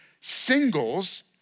singles